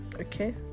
okay